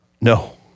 No